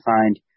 find